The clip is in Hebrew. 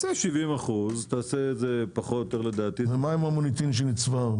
70% פחות- -- מה עם המוניטין שנצבר?